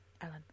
Ellen